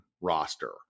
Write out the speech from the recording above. roster